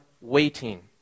waiting